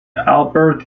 albert